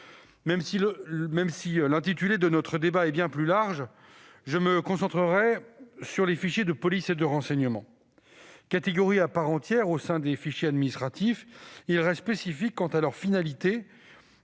Même si l'intitulé de notre débat est bien plus large, je concentrerai mon propos sur les fichiers de police et de renseignement. Catégorie à part entière au sein des fichiers administratifs, ils restent spécifiques quant à leur finalité,